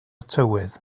tywydd